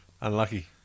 unlucky